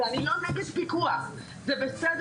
ואני לא נגד פיקוח זה בסדר,